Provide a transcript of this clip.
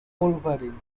wolverine